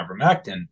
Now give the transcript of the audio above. ivermectin